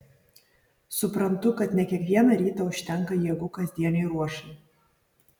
suprantu kad ne kiekvieną rytą užtenka jėgų kasdienei ruošai